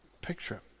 picture